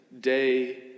day